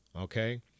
okay